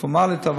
הפורמלית,